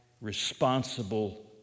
responsible